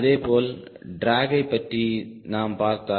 அதேபோல் டிராகை பற்றி நாம் பார்த்தால்